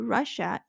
Russia